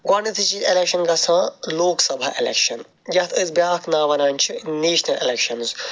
گۄڈنیٚتھے چھِ ایٚلیٚکشَن گَژھان لوک سَبھا ایٚلیٚکشَن یتھ أسۍ بیاکھ ناو ونان چھِ نیشنَل الیٚکشَنز